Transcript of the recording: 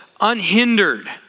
unhindered